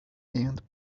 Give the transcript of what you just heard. and